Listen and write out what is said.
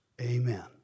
Amen